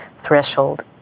threshold